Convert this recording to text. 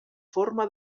forma